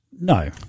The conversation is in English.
No